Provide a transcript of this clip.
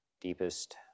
deepest